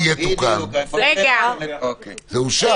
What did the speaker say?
זה אושר.